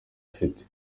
afite